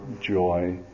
joy